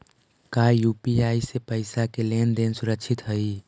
का यू.पी.आई से पईसा के लेन देन सुरक्षित हई?